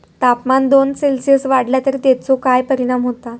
तापमान दोन सेल्सिअस वाढला तर तेचो काय परिणाम होता?